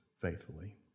faithfully